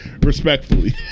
Respectfully